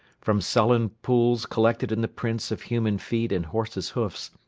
from sullen pools collected in the prints of human feet and horses' hoofs,